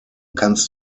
kannst